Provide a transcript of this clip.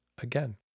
again